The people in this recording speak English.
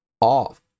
off